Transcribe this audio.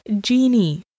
genie